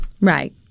Right